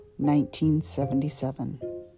1977